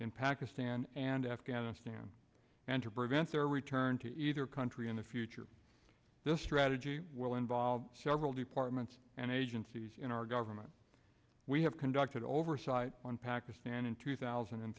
in pakistan and afghanistan and to prevent their return to either country in the future this strategy will involve several departments and agencies in our government we have conducted oversight on pakistan in two thousand and